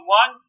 one